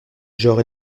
genre